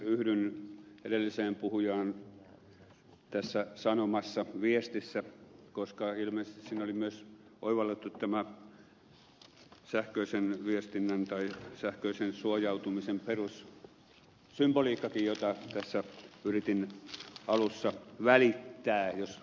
yhdyn edelliseen puhujaan tässä sanomassa viestissä koska ilmeisesti siinä oli myös oivallettu tämä sähköisen viestinnän tai sähköisen suojautumisen perussymboliikkakin jota tässä yritin alussa välittää jos uskaltaa nyt